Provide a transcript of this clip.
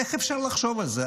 איך אפשר לחשוב על זה?